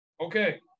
Okay